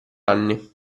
anni